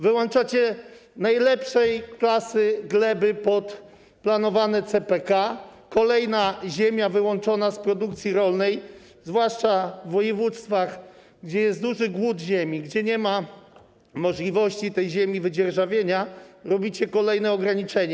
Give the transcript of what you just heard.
Wyłączacie najlepszej klasy gleby pod planowany CPK, kolejna ziemia wyłączona z produkcji rolnej, zwłaszcza w województwach, gdzie jest duży głód ziemi, gdzie nie ma możliwości jej wydzierżawienia, robicie kolejne ograniczenie.